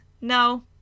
No